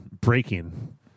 breaking